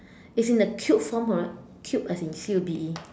it's in the cube form correct cube as in C U B E